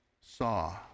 Saw